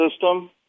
system